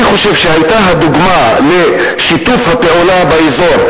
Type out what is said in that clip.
אני חושב שזו היתה דוגמה לשיתוף פעולה באזור.